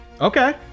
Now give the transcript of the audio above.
Okay